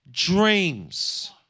dreams